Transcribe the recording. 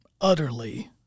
utterly